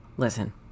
Listen